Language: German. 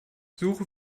suche